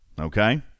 Okay